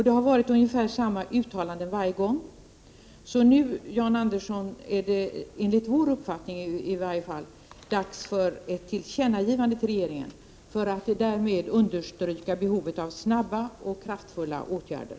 Det har gjorts ungefär samma uttalanden varje gång, så nu, Jan Andersson, är det, i varje fall enligt vår uppfattning, dags för ett tillkännagivande till regeringen för att därmed understryka behovet av snabba och kraftfulla åtgärder.